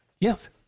Yes